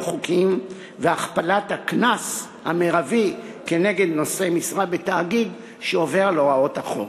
חוקיים והכפלת הקנס המרבי כנגד נושאי משרה בתאגיד שעובר על הוראות החוק.